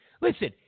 Listen